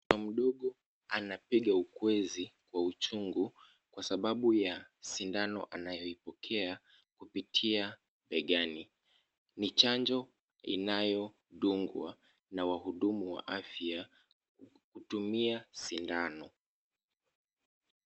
Mama mdogo anapiga ukwezi kwa uchungu kwa sababu ya sindano anayo ipokea kupitia begani. Ni chanjo inayodungwa na wahudumu wa afya kutumia sindano.